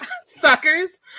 Suckers